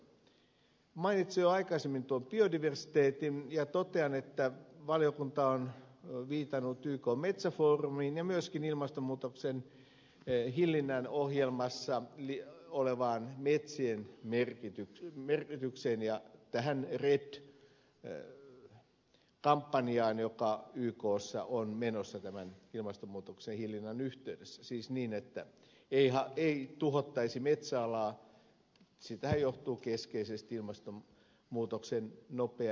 mainitsin jo aikaisemmin biodiversiteetin ja totean että valiokunta on viitannut ykn metsäfoorumiin ja myöskin ilmastonmuutoksen hillinnän ohjelmassa olevaan metsien merkitykseen ja tähän redd kampanjaan joka ykssa on menossa tämän ilmastonmuutoksen hillinnän yhteydessä siis niin että ei tuhottaisi metsäalaa siitähän johtuu keskeisesti ilmastonmuutoksen nopea eteneminenkin